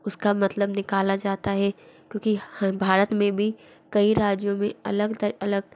उसका मतलब निकाला जाता है क्योंकि हम भारत में भी कई राज्यों में अलग तर अलग